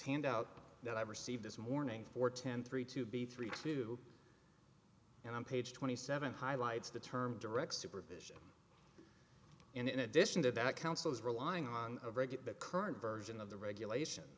handout that i received this morning for ten three to be three two and on page twenty seven highlights the term direct supervision and in addition to that counsel is relying on a regular current version of the regulation